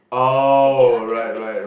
stick it on their lips